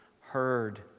heard